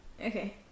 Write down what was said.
Okay